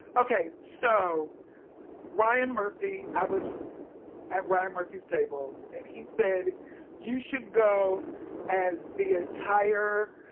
ok. so ryan murphy, i was at ryan murphy's table and he said you should go as the entire